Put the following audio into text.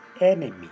enemy